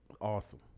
awesome